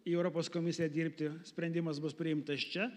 į europos komisiją dirbti sprendimas bus priimtas čia